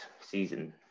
season